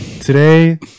Today